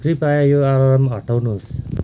कृपया यो अलार्म हटाउनुहोस्